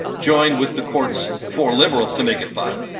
joined with the court's four liberals to make it five.